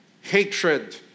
Hatred